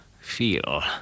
feel